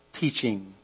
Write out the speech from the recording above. teaching